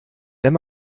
wenn